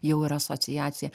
jau yra asociacija